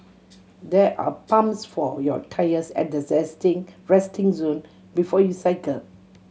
there are pumps for your tyres at the resting zone before you cycle